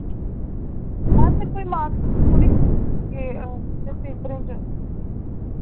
ma'am फिर कोई marks मूर्क्स थोह्ड़ी कटोङन अग्गें पेपरें च